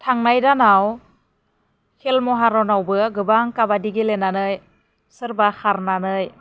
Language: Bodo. थांनाय दानाव खेल महारनावबो गोबां काबाडि गेलेनानै सोरबा खारनानै